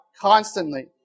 constantly